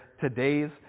today's